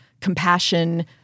compassion